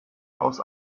aus